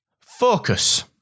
focus